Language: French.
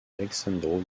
alessandro